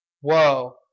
whoa